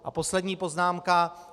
A poslední poznámka.